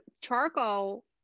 charcoal